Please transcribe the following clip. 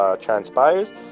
transpires